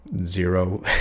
zero